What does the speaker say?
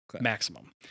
maximum